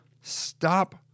stop